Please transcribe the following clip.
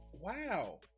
wow